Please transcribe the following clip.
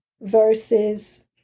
verses